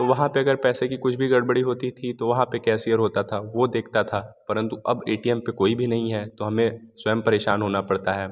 तो वहाँ पे अगर पैसे की कुछ भी गड़बड़ी होती थी तो वहाँ पे कैशियर होता था वो देखता था परन्तु अब ए टी एम पे कोई भी नहीं है तो हमे स्वयं परेशान होना पड़ता है